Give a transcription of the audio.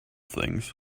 things